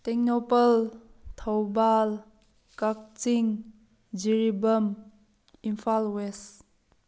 Tengnoupal Thoubal Kakching Jiribam Imphal west